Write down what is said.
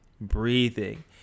breathing